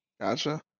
Gotcha